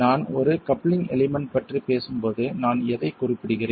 நான் ஒரு coupling element பற்றி பேசும்போது நான் எதைக் குறிப்பிடுகிறேன்